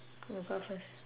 you go out first